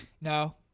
No